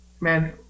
Man